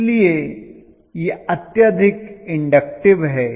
इसलिए यह अत्यधिक इन्डक्टिव है